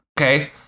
okay